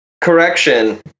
correction